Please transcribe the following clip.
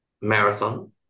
marathon